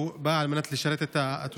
הוא בא על מנת לשרת את התושבים,